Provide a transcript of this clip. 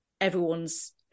everyone's